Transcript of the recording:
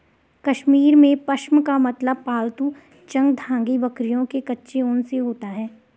कश्मीर में, पश्म का मतलब पालतू चंगथांगी बकरियों के कच्चे ऊन से होता है